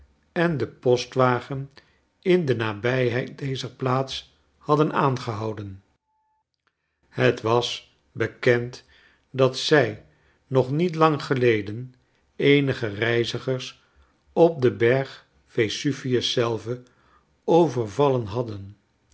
en den postwagen in de nabijheid dezer plaats hadden aangehouden het was bekend dat zij nog niet lang geleden eenige reizigers op den berg vesuvius zelven overvallen hadden